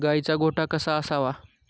गाईचा गोठा कसा असावा?